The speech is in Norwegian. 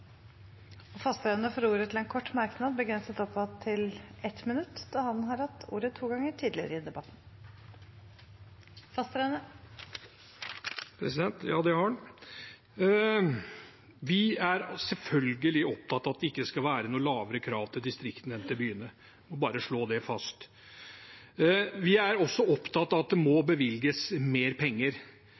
har hatt ordet to ganger tidligere og får ordet til en kort merknad, begrenset til 1 minutt. Vi er selvfølgelig opptatt av at det ikke skal være noe lavere krav til distriktene enn til byene – jeg må bare slå det fast. Vi er også opptatt av at det må bevilges mer penger,